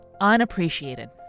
unappreciated